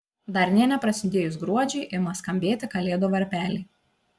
dar nė neprasidėjus gruodžiui ima skambėti kalėdų varpeliai